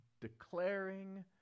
declaring